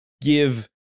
give